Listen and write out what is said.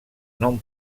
nom